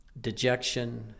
dejection